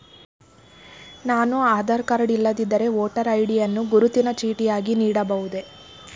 ನಾನು ಆಧಾರ ಕಾರ್ಡ್ ಇಲ್ಲದಿದ್ದರೆ voter ID ಯನ್ನು ಗುರುತಿನ ಚೀಟಿಯಾಗಿ ನೀಡಬಹುದೇ?